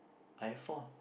I have four